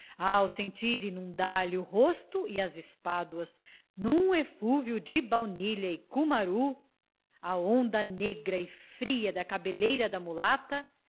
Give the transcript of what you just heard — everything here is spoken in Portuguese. ao sentir inundar lhe o rosto e as espáduas num eflúvio de baunilha e cumaru a onda negra e fria da cabeleira da mulata